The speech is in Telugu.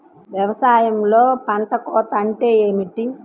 వ్యవసాయంలో పంట కోత అంటే ఏమిటి?